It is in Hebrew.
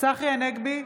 צחי הנגבי,